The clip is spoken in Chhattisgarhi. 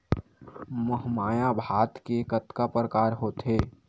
महमाया भात के कतका प्रकार होथे?